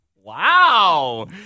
Wow